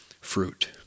Fruit